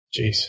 Jeez